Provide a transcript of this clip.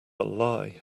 lie